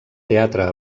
teatre